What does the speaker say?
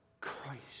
Christ